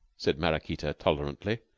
said maraquita tolerantly,